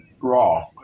Raw